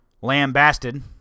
lambasted